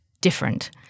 different